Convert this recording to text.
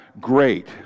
great